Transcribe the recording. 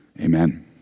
amen